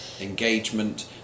engagement